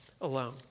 alone